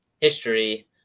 history